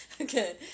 Okay